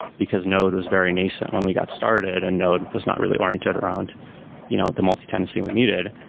because node was very nascent when we got started and node was not really oriented around you know the multi-tenancy we needed.